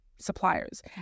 Suppliers